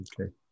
Okay